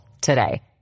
today